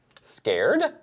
scared